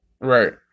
Right